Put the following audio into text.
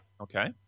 Okay